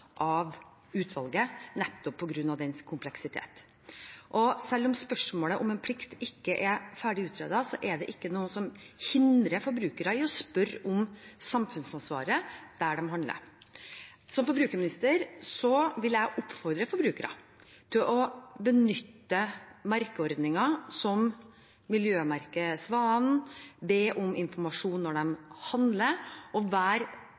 av utvalget – nettopp på grunn av dens kompleksitet. Og selv om spørsmålet om en plikt ikke er ferdig utredet, er det ikke noe som hindrer forbrukere i å spørre om samfunnsansvaret der de handler. Som forbrukerminister vil jeg oppfordre forbrukere til å benytte merkeordninger som miljømerket Svanemerket, be om informasjon når de handler, og